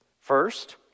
First